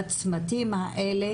בצמתים האלה